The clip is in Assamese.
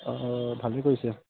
অঁ ভালেই কৰিছে